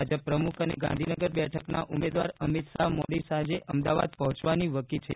ભાજપ પ્રમુખ અને ગાંધીનગર બેઠકના ઉમેદવાર અમિત શાહ મોડી સાંજે અમદાવાદ પહોંચવાની વકી છે